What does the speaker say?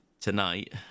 tonight